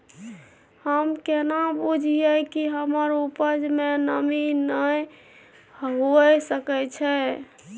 हम केना बुझीये कि हमर उपज में नमी नय हुए सके छै?